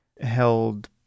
held